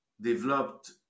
developed